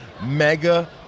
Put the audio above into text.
Mega